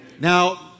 Now